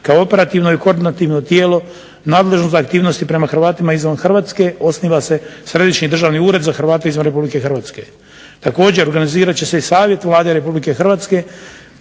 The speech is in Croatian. kao operativno i koordinativno tijelo nadležno za aktivnosti prema Hrvatima izvan Hrvatske osniva se Središnji državni ured za Hrvate izvan RH. Također, organizirat će se i Savjet Vlade RH za Hrvate